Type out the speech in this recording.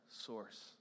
source